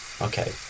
Okay